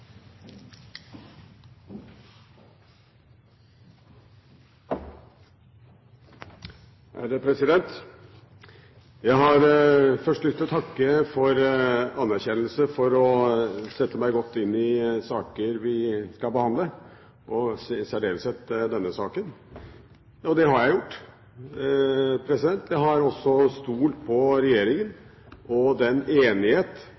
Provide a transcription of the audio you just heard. Jeg har først lyst til å takke for anerkjennelse for at jeg setter meg godt inn i saker vi skal behandle, og i særdeleshet i denne saken. Og det har jeg gjort. Jeg har også stolt på regjeringen og den enighet